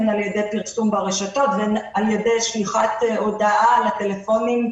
הן על-ידי פרסום ברשתות על-ידי שליחת הודעה לטלפונים,